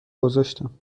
گذاشتم